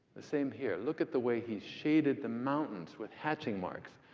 the same here. look at the way he's shaded the mountains with hatching marks.